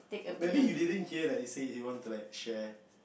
maybe he didn't hear that he say he want to like share